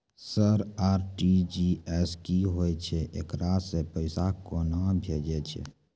Sir RTGS की होय छै, एकरा से पैसा केना भेजै छै?